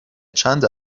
چند